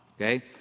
okay